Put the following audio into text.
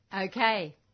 Okay